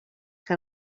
que